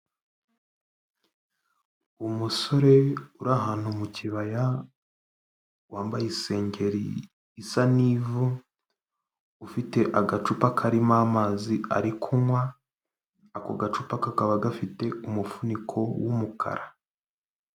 Umusore uri ahantu mu kibaya wambaye isengeri isa n'ivu, ufite agacupa karimo amazi ari kunywa, ako gacupa kakaba gafite umufuniko w'umukara.